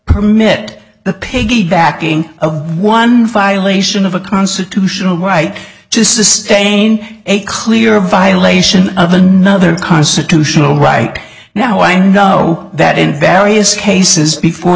permit the piggybacking one file ation of a constitutional right to sustain a clear violation of another constitutional right now i know that in various cases before